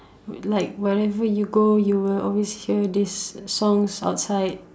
like whatever you go you will always hear these songs outside